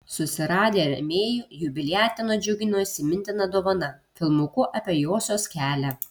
susiradę rėmėjų jubiliatę nudžiugino įsimintina dovana filmuku apie josios kelią